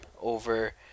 over